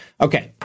Okay